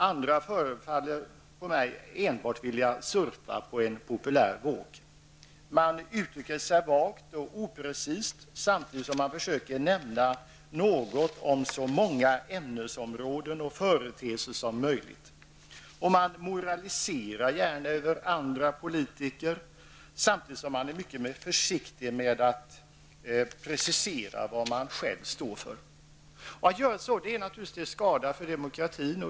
Andra förefaller enbart vilja surfa på en populär våg. Man uttrycker sig vagt och oprecist samtidigt som man försöker nämna något om så många ämnesområden och företeelser som möjligt. Man moraliserar gärna över andra politiker samtidigt som man är mycket försiktig med att precisera vad man själv står för. Att göra så är naturligtvis till skada för demokratin.